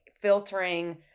filtering